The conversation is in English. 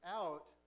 out